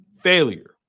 failure